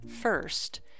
first